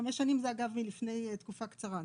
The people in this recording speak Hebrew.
חמש שנים זה אגב מלפני תקופה קצרה,